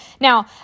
Now